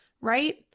right